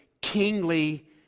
kingly